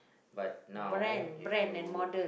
but now if you